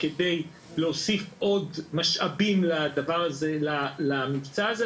כדי להוסיף עוד משאבים למבצע הזה.